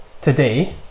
today